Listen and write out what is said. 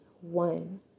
one